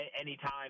anytime